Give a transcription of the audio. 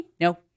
No